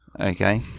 okay